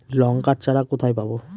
লঙ্কার চারা কোথায় পাবো?